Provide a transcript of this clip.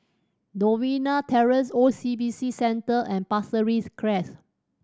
Novena Terrace O C B C Centre and Pasir Ris Crest